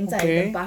okay